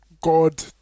God